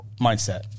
mindset